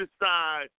decide